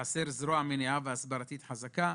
חסר זרוע מניעה והסברה חזקה,